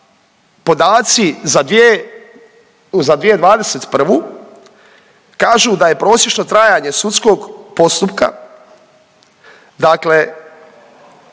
podaci za 2021. kažu da je prosječno trajanje sudskog postupka, dakle